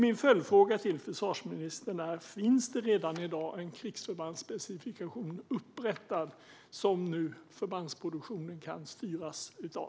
Min följdfråga till försvarsministern är: Finns redan i dag en krigsförbandsspecifikation upprättad som förbandsproduktionen nu kan styras av?